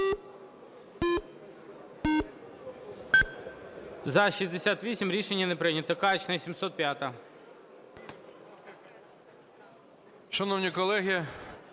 За-68 Рішення не прийнято. Качний, 705-а.